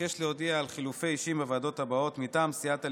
אבקש להודיע על חילופי אישים בוועדות הבאות: מטעם סיעת הליכוד,